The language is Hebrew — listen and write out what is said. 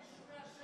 לכישורי השקר שלכם,